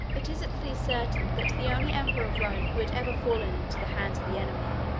it is at least certain that the only emperor of rome who had ever fallen into the hands of the enemy,